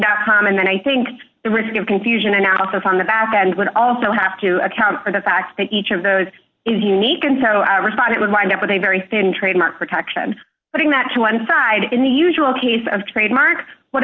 dot com and then i think the risk of confusion analysis on the back end would also have to account for the fact that each of those is unique and so i respond it would wind up with a very thin trademark protection putting that to one side in the usual case of trademark what